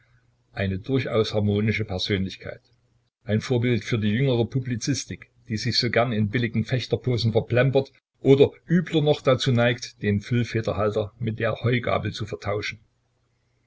eine durchaus harmonische persönlichkeit ein vorbild für die jüngere publizistik die sich so gern in billigen fechterposen verplempert oder übler noch dazu neigt den füllfederhalter mit der heugabel zu vertauschen